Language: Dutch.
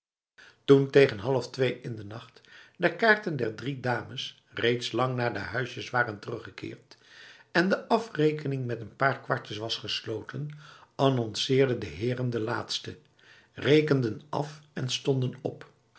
toen tegen half twee in de nacht de kaarten der drie dames reeds lang naar de huisjes waren teruggekeerd en de afrekening met een paar kwartjes was gesloten annonceerden de heren de laatste rekenden af en stonden op